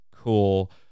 cool